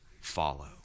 follow